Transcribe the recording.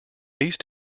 these